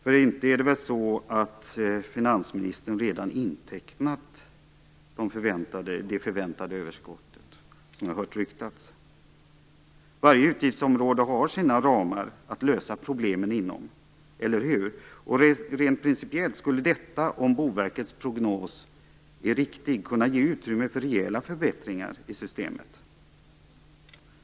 För det är väl inte så, som jag har hört ryktas, att finansministern redan har intecknat det förväntade överskottet? Varje utgiftsområde har sina ramar att lösa problemen inom, eller hur? Rent principiellt skulle detta, om Boverkets prognos är riktig, kunna ge utrymme för rejäla förbättringar i systemet.